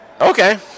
Okay